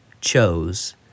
chose